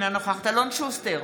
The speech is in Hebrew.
אינה נוכחת אלון שוסטר,